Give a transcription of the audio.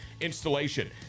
installation